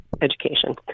education